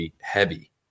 heavy